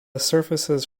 surfaces